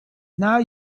now